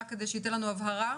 רק שייתן לנו הבהרה.